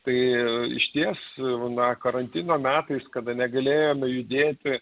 tai išties na karantino metais kada negalėjome judėti